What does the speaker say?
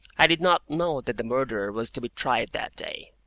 i did not know that the murderer was to be tried that day.